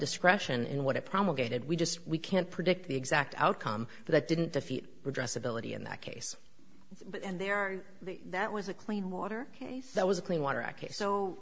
discretion in what it promulgated we just we can't predict the exact outcome that didn't defeat redress ability in that case and there are that was a clean water case that was a